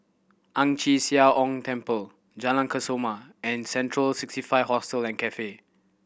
Ang Chee Sia Ong Temple Jalan Kesoma and Central Sixty Five Hostel and Cafe